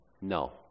no